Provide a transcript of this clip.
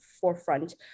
forefront